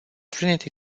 trinity